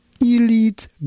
elite